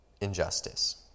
injustice